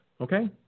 okay